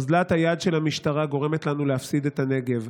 אוזלת היד של המשטרה גורמת לנו להפסיד את הנגב.